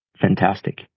fantastic